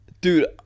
Dude